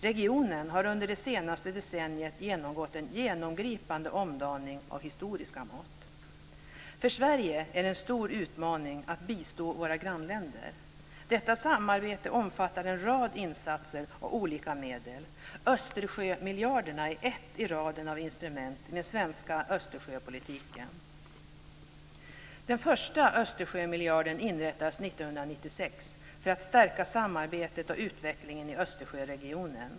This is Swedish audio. Regionen har under det senaste decenniet genomgått en genomgripande omdaning av historiska mått. För Sverige är det en stor utmaning att bistå våra grannländer. Detta samarbete omfattar en rad insatser och olika medel. Östersjömiljarderna är ett i raden av instrument i den svenska Östersjöpolitiken. Den första Östersjömiljarden anslogs 1996 för att stärka samarbetet och utvecklingen i Östersjöregionen.